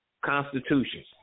constitutions